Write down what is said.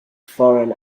foreign